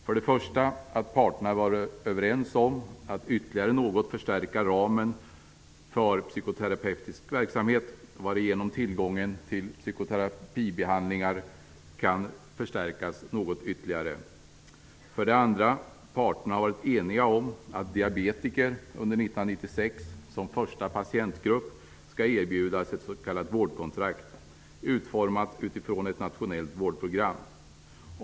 För det första har parterna varit överens om att ytterligare något förstärka ramen för psykoterapeutisk verksamhet varigenom tillgången till psykoterapibehandlingar kan förstärkas något ytterligare. För det andra har parterna varit eniga om att diabetiker under 1996 som första patientgrupp skall erbjudas ett s.k. vårdkontrakt utformat utifrån ett nationellt vårdprogram.